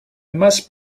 must